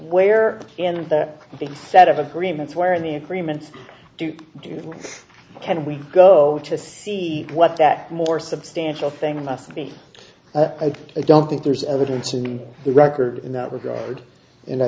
where in the set of agreements where the agreements do do can we go to see what that more substantial thing must be i don't think there's evidence in the record in that regard and i